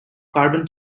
carbon